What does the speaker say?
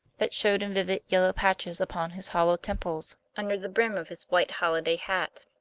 that showed in vivid yellow patches upon his hollow temples under the brim of his white holiday hat.